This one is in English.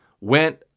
went